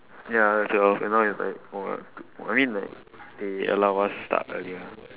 ya sort of and now it's like !whoa! two I mean like they allow us start earlier